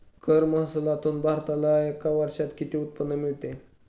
कर महसुलातून भारताला एका वर्षात किती उत्पन्न मिळते?